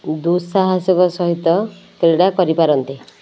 ଦୁଃସାହସିକ ସହିତ କ୍ରୀଡ଼ା କରିପାରନ୍ତି